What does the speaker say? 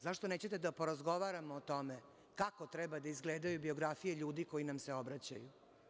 Zašto nećete da porazgovaramo o tome kako treba da izgledaju biografije ljudi koji nam se obraćaju?